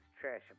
Trash